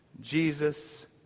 Jesus